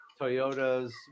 Toyota's